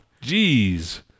Jeez